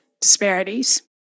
disparities